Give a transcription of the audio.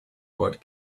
what